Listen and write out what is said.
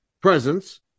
presence